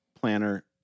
planner